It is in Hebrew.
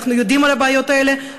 אנחנו יודעים על הבעיות האלה,